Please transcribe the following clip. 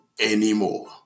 anymore